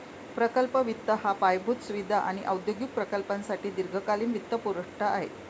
प्रकल्प वित्त हा पायाभूत सुविधा आणि औद्योगिक प्रकल्पांसाठी दीर्घकालीन वित्तपुरवठा आहे